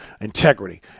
integrity